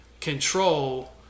control